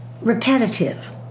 repetitive